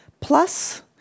plus